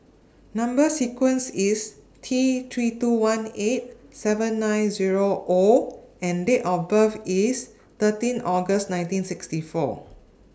Number sequence IS T three two one eight seven nine Zero O and Date of birth IS thirteen August nineteen sixty four